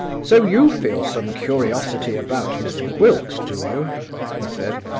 so you feel some curiosity about miss gwilt, do you he said.